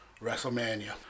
WrestleMania